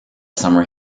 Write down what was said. summer